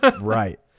Right